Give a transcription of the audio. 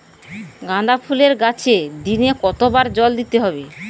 গাদা ফুলের গাছে দিনে কতবার জল দিতে হবে?